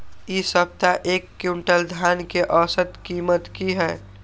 इ सप्ताह एक क्विंटल धान के औसत कीमत की हय?